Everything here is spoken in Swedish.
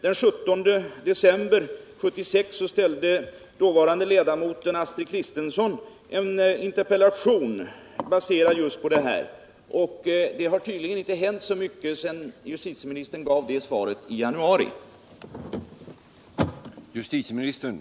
Den 17 december 1976 ställde dåvarande riksdagsledamoten Astrid Kristensson en interpellation baserad just på detta spörsmål. Det har tydligen inte hänt så mycket sedan justitieministern gav det svaret i januari 1977.